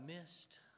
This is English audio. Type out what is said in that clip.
missed